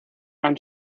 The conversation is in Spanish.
han